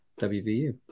WVU